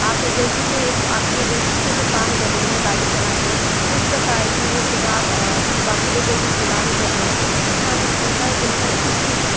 आप एजेंसी से एक आपकी एजेंसी से वो काम कर रहे हैं गाड़ी चला रहे हैं किस प्रकार की वो सेवा आप बाकि लोगों को प्रदान कर रहे हैं तो इसका ध्यान रखने का जिम्मेदारी किसकी है